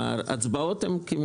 אתכם פה להכניס